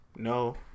No